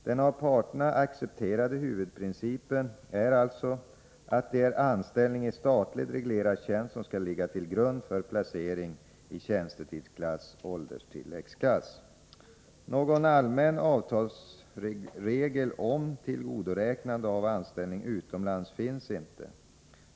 Den av parterna accepterade huvudprincipen är alltså att det är anställning i statligt reglerad tjänst som skall ligga till grund för placeringen i tjänstetidsklass/ålderstilläggsklass. Någon allmän avtalsregel om tillgodoräknande av anställning utomlands finns inte.